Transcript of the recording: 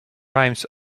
rhymes